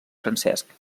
francesc